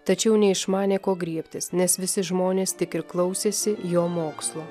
tačiau neišmanė ko griebtis nes visi žmonės tik ir klausėsi jo mokslo